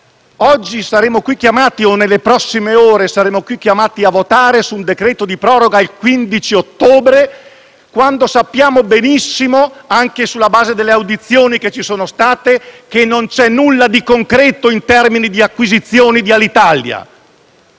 ore saremo qui chiamati a votare su un decreto di proroga al 15 ottobre, quando sappiamo benissimo, anche sulla base delle audizioni che ci sono state, che non c'è nulla di concreto in termini di acquisizioni di Alitalia.